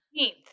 18th